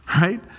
Right